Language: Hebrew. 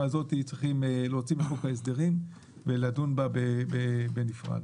הזאת מחוק ההסדרים ולדון בה בנפרד.